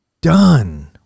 done